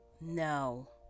no